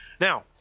Now